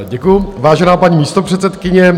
Děkuji, vážená paní místopředsedkyně.